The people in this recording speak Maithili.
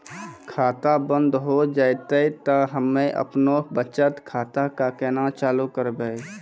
खाता बंद हो जैतै तऽ हम्मे आपनौ बचत खाता कऽ केना चालू करवै?